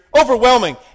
overwhelming